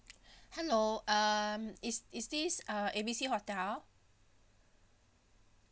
hello um is is this uh A B C hotel